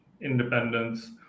independence